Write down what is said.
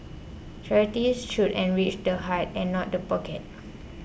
charity should enrich the heart and not the pocket